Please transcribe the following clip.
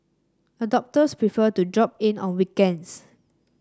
adopters prefer to drop in on weekends